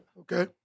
Okay